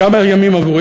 כמה ימים עברו?